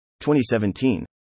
2017